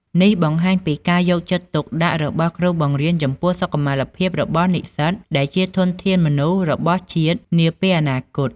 នេះបង្ហាញពីការយកចិត្តទុកដាក់របស់គ្រូបង្រៀនចំពោះសុខុមាលភាពរបស់និស្សិតដែលជាធនធានមនុស្សរបស់ជាតិនាពេលអនាគត។